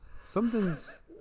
something's